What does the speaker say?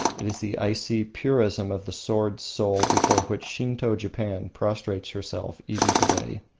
it is the icy purism of the sword-soul before which shinto-japan prostrates herself even to-day.